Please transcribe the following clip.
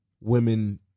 women